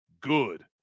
good